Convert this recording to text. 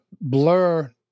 blur